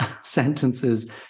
sentences